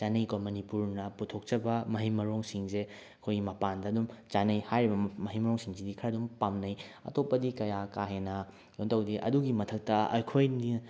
ꯆꯥꯅꯩꯀꯣ ꯃꯅꯤꯄꯨꯔꯅ ꯄꯨꯊꯣꯛꯆꯕ ꯃꯍꯩ ꯃꯔꯣꯡꯁꯤꯡꯁꯦ ꯑꯩꯈꯣꯏ ꯃꯄꯥꯟꯗ ꯑꯗꯨꯝ ꯆꯥꯅꯩ ꯍꯥꯏꯔꯤꯕ ꯃꯍꯩ ꯃꯔꯣꯡꯁꯤꯡꯁꯤꯗ ꯈꯔ ꯑꯗꯨꯝ ꯄꯥꯝꯅꯩ ꯑꯇꯣꯞꯄꯗꯤ ꯀꯌꯥ ꯀꯥꯍꯦꯟꯅ ꯀꯩꯅꯣꯇꯧꯗꯦ ꯑꯗꯨꯒꯤ ꯃꯊꯛꯇ ꯑꯩꯈꯣꯏꯅ